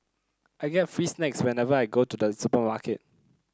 I get free snacks whenever I go to the supermarket